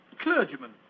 clergyman